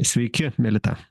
sveiki melita